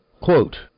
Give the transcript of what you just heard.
Quote